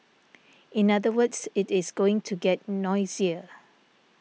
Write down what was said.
in other words it is going to get noisier